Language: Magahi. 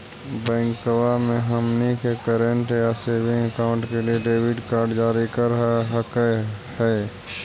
बैंकवा मे हमनी के करेंट या सेविंग अकाउंट के लिए डेबिट कार्ड जारी कर हकै है?